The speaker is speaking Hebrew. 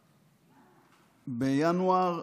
בינואר,